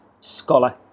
scholar